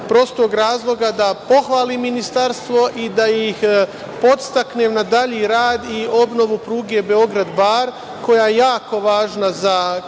prostog razloga da pohvalim ministarstvo i da ih podstaknem na dalji rad i obnovu pruge Beograd-Bar koja je jako važna